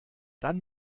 dann